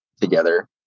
together